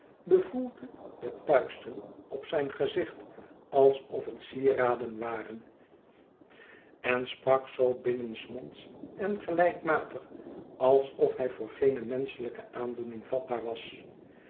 bevoelde de puisten op zijn gezicht alsof het sieraden waren en sprak zoo het verlaten huis binnensmonds en gelijkmatig alsof hij voor geene menschelijke aandoening vatbaar was